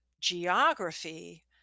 geography